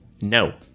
No